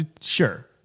sure